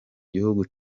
gihugu